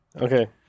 Okay